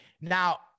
now